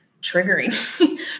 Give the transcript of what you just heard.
triggering